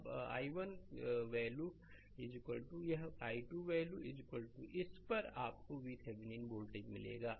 अब i1 value यह और i2 वैल्यू इस पर आपको VThevenin वोल्टेज मिलेगा